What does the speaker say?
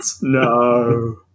No